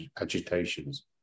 agitations